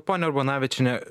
ponia urbonavičiene